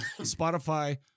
Spotify